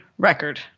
record